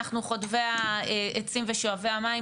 אנחנו חוטבי העצים ושואבי המים?